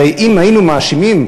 הרי אם היינו מאשימים,